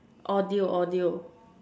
audio audio